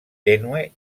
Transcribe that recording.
tènue